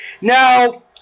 Now